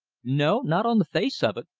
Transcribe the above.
no, not on the face of it,